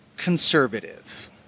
conservative